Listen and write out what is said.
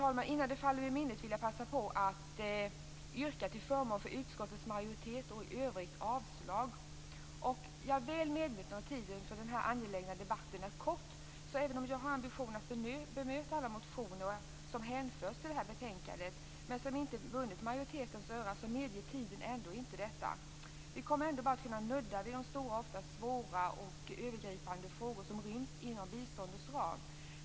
Jag vill innan det faller ur minnet passa på att yrka till förmån för utskottets hemställan och avslag på övriga förslag. Jag är väl medveten om att tiden för denna angelägna debatt är kort. Även om jag har ambitionen att kommentera alla de motioner som behandlas i detta betänkande men som inte vunnit majoritetens öra, medger tiden inte detta. Vi kommer ändå endast att kunna nudda vid de svåra och ofta svårgripbara frågor som ryms inom biståndets ram.